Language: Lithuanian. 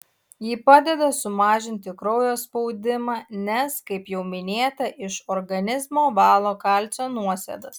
ji padeda sumažinti kraujo spaudimą nes kaip jau minėta iš organizmo valo kalcio nuosėdas